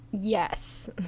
Yes